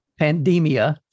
pandemia